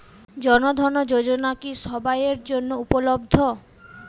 জন ধন যোজনা কি সবায়ের জন্য উপলব্ধ?